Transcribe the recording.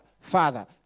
father